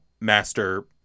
master